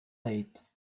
late